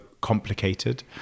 complicated